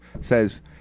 says